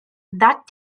that